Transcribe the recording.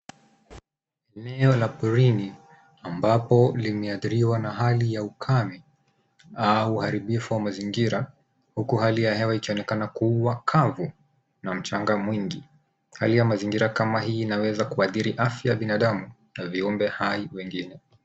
Eneo la porini ambapo limeathiriwa na hali ya ukame au uharibifu wa mazingira huku hali ya hewa ikionekana kuwa kavu na mchanga mwingi. Hali ya mazingira kama hii inaweza kuathiri afya ya binadamu ya viumbe hai vingine.